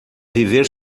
viver